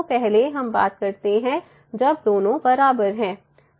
तो पहले हम बात करते हैं जब दोनों बराबर हैं